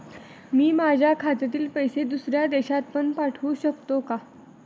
मी माझ्या खात्यातील पैसे दुसऱ्या देशात पण पाठवू शकतो का?